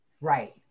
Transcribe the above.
right